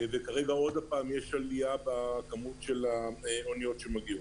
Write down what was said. וכרגע עוד פעם יש עלייה בכמות האוניות שמגיעות.